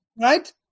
Right